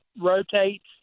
rotates